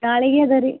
ನಾಳೆಗೆ ಅದ ರೀ